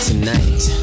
Tonight